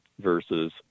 versus